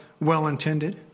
well-intended